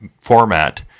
format